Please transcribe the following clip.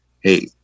hey